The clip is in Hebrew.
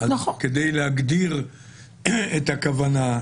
כדי להגדיר את הכוונה,